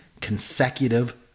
consecutive